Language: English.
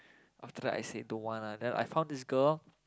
after that I said don't want ah then I found this girl lor